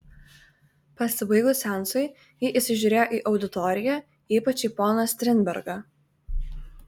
pasibaigus seansui ji įsižiūrėjo į auditoriją ypač į poną strindbergą